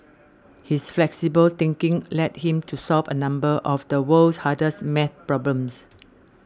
his flexible thinking led him to solve a number of the world's hardest maths problems